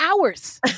hours